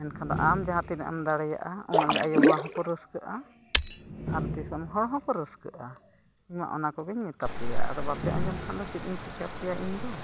ᱢᱮᱱᱠᱷᱟᱱ ᱫᱚ ᱟᱢ ᱡᱟᱦᱟᱸ ᱛᱤᱱᱟᱹᱜ ᱮᱢ ᱫᱟᱲᱮᱭᱟᱜᱼᱟ ᱚᱱᱟᱜᱮ ᱟᱭᱳᱼᱵᱟᱵᱟ ᱦᱚᱠᱚ ᱨᱟᱹᱥᱠᱟᱹᱜᱼᱟ ᱟᱨ ᱫᱤᱥᱚᱢ ᱦᱚᱲ ᱦᱚᱠᱚ ᱨᱟᱹᱥᱠᱟᱹᱜᱼᱟ ᱤᱧᱢᱟ ᱚᱱᱟ ᱠᱚᱜᱮᱧ ᱢᱮᱛᱟᱯᱮᱭᱟ ᱟᱫᱚ ᱵᱟᱝᱯᱮ ᱟᱸᱡᱚᱢ ᱠᱷᱟᱱ ᱫᱚ ᱪᱮᱫ ᱤᱧ ᱪᱤᱠᱟᱹᱯᱮᱭᱟ ᱤᱧᱫᱚ